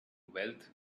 wealth